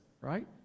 right